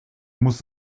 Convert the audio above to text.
muss